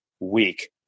weak